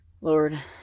Lord